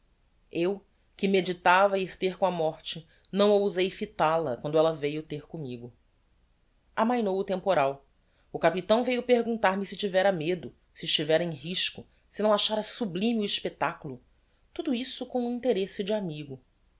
eu que meditava ir ter com a morte não ousei fital a quando ella veiu ter commigo amainou o temporal o capitão veiu perguntar-me se tivera medo se estivera em risco se não achára sublime o expectaculo tudo isso com um interesse de amigo